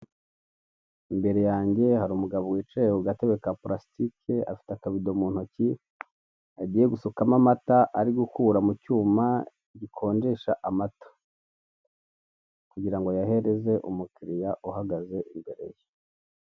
Imbere yange hari umugabo wicaye ku gatebe ka purasitike afite akabido mu ntoki agiye gusukamo amata ari gukura mu cyuma gikonjesha amata kugira ngo ayahereze umukiriya uhagaze imbere ye.